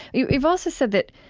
you've also said that,